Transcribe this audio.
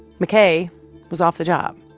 mckay was off the job.